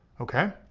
okay?